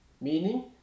Meaning